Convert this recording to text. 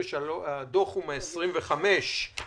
הדוח הוא מה-25.